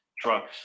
trucks